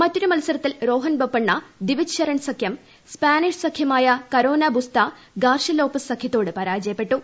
മറ്റൊരു മത്സരത്തിൽ രോഹൻ ബൊപ്പണ്ണ ദിവിജ് ശരൺ സഖ്യം സ്പാനിഷ് സഖ്യമായ കരോന ബുസ്ത ഗാർഷൃലോപ്പസ് സഖ്യത്തോട് പരാജയപ്പെട്ടു